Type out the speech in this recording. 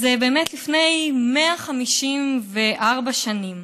אז באמת, לפני 154 שנים